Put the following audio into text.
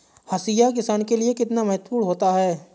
हाशिया किसान के लिए कितना महत्वपूर्ण होता है?